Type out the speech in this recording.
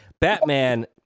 batman